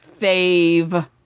fave